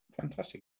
Fantastic